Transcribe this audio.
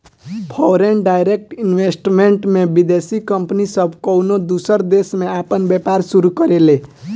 foreign direct investment में विदेशी company सब कउनो दूसर देश में आपन व्यापार शुरू करेले